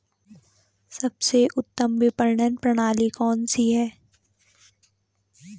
सबसे उत्तम विपणन प्रणाली कौन सी है?